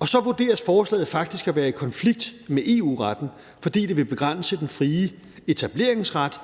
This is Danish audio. få. Så vurderes forslaget faktisk at være i konflikt med EU-retten, fordi det vil begrænse den frie etableringsret